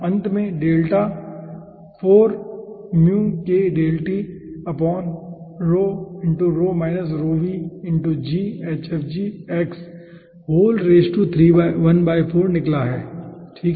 अंत में डेल्टा निकला ठीक है